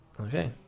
Okay